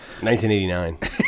1989